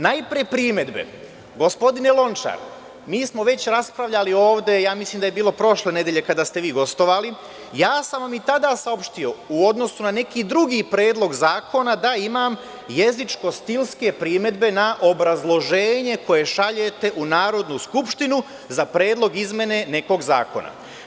Najpre primedbe, gospodine Lončar, mi smo već raspravljali ovde, mislim da je bilo prošle nedelje kada ste vi gostovali, ja sam vam i tada saopštio u odnosu na neki drugi predlog zakona da imam jezičko-stilske primedbe na obrazloženje koje šaljete u Narodnu skupštinu za predlog izmene nekog zakona.